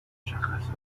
مشخصات